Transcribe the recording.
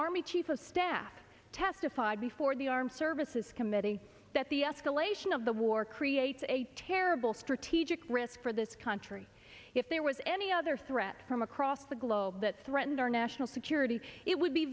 army chief of staff testified before the armed services committee that the escalation of the war creates a terrible strategic risk for this country if there was any other threat from across the globe that threatened our national security it would be